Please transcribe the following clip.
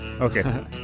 Okay